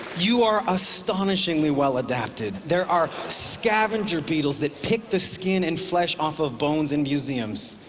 you are astonishingly well adapted. there are scavenger beetles that pick the skin and flesh off of bones in museums.